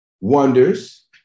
wonders